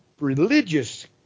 religious